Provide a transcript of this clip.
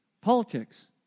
Politics